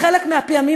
בחלק מהפעמים,